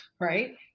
Right